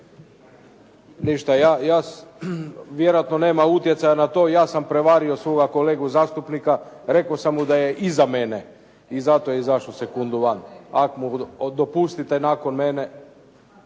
Ništa, vjerojatno nema utjecaja na to. Ja sam prevario svoga kolegu zastupnika, rekao sam mu da je iza mene i zato je izašao sekundu van, ako mu dopustite nakon mene.